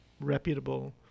reputable